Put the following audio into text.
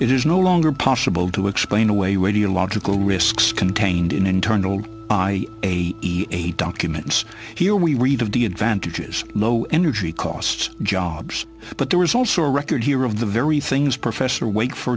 it is no longer possible to explain away radiological risks contained in internal i eighty eight documents here we read of the advantages low energy costs jobs but there is also a record here of the very things professor wait for